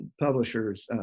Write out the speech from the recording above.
publishers